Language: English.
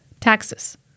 taxes